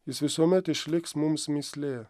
jis visuomet išliks mums mįslė